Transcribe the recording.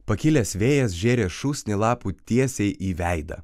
pakilęs vėjas žėrė šūsnį lapų tiesiai į veidą